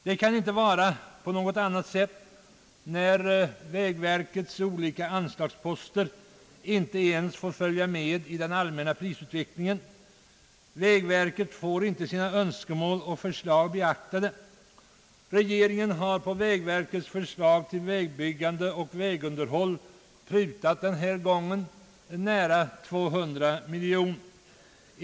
Det kan inte vara på något annat sätt när vägverkets olika anslagsposter inte ens får följa med i den allmänna prisutvecklingen. Vägverket får inte sina önskemål och förslag beaktade. Regeringen har på vägverkets förslag till vägbyggande och vägunderhåll denna gång prutat nära 200 miljoner.